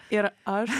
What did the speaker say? ir aš